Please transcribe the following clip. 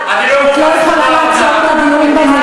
את לא יכולה לעצור את הדיון במליאה,